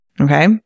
okay